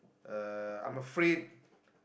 uh I'm afraid